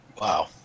Wow